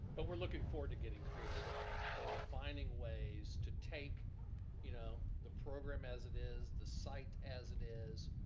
but we're looking forward to getting creative and defining ways to take you know the program as it is, the site as it is,